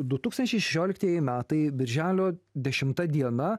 du tūkstančiai šešioliktieji metai birželio dešimta diena